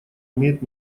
имеет